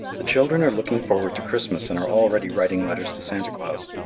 the children are looking forward to christmas and are already writing letters to santa claus,